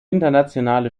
internationale